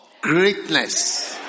greatness